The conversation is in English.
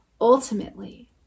ultimately